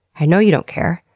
i know you don't care,